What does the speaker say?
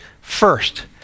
first